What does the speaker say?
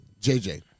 JJ